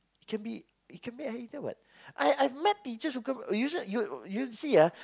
it can be it can be anything what I I've met teacher who come usually you you see ah